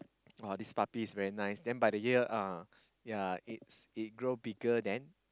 oh this puppy is very nice by the year it grow bigger then